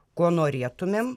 ko norėtumėm